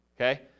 Okay